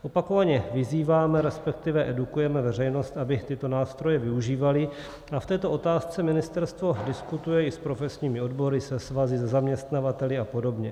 Opakovaně vyzýváme, respektive edukujeme veřejnost, aby tyto nástroje využívala, a v této otázce ministerstvo diskutuje i s profesními odbory, se svazy, se zaměstnavateli a podobně.